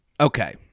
okay